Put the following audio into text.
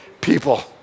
People